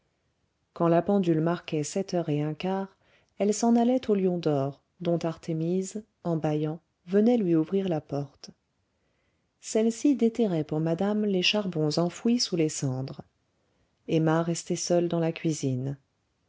quand la pendule marquait sept heures et un quart elle s'en allait au lion d'or dont artémise en bâillant venait lui ouvrir la porte celle-ci déterrait pour madame les charbons enfouis sous les cendres emma restait seule dans la cuisine